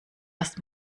erst